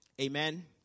Amen